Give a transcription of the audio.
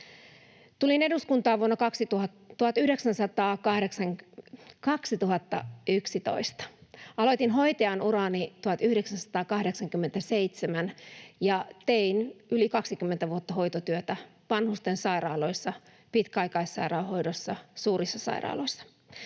Tulin eduskuntaan vuonna 2011. Aloitin hoitajan urani 1987 ja tein yli 20 vuotta hoitotyötä vanhustensairaaloissa, pitkäaikaissairaanhoidossa, suurissa sairaaloissa.